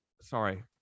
Sorry